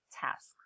task